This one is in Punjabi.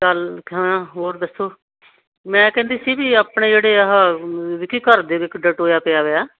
ਚੱਲ ਹਾਂ ਹੋਰ ਦੱਸੋ ਮੈਂ ਕਹਿੰਦੀ ਸੀ ਵੀ ਆਪਣੇ ਜਿਹੜੇ ਆਹ ਵੇਖੀ ਘਰ ਦੇ ਵਿੱਚ ਕਿੱਡਾ ਟੋਇਆ ਪਿਆ ਹੋਇਆ